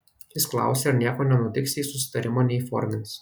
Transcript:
jis klausė ar nieko nenutiks jei susitarimo neįformins